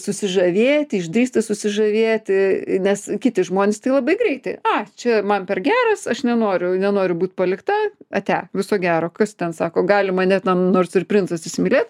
susižavėti išdrįsti susižavėti nes kiti žmonės tai labai greitai a čia man per geras aš nenoriu nenoriu būt palikta ate viso gero kas ten sako gali mane ten nors ir princas įsimylėt